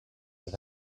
that